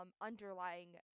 underlying